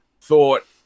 thought